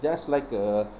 just like a